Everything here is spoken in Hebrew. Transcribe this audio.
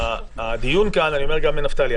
אני אומר גם לנפתלי,